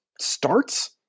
starts